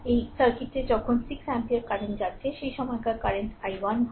এই সার্কিটে যখন 6 অ্যাম্পিয়ার কারেন্ট যাচ্ছে সেই সময়কার কারেন্ট i1 হয়